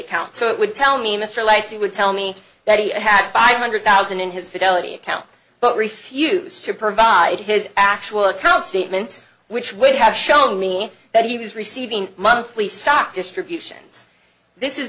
account so it would tell me mr lites he would tell me that he had five hundred thousand in his fidelity account but refused to provide his actual account statements which would have shown me that he was receiving monthly stock distributions this is